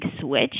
switch